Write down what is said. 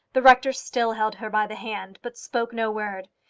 the rector still held her by the hand, but spoke no word.